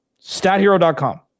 stathero.com